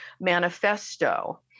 manifesto